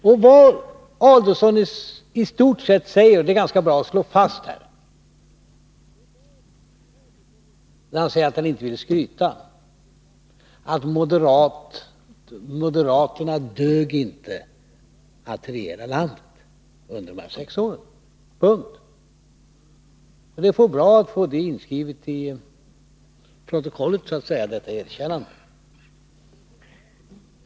När han säger att han inte vill skryta är det ganska bra att slå fast att Ulf Adelsohn säger att moderaterna inte dög att regera landet under dessa sex år. Punkt. Det var bra att få inskrivet i protokollet att han erkänner det.